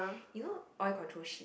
you know oil control sheet